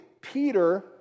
Peter